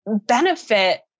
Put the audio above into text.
benefit